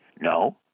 No